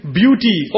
beauty